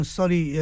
sorry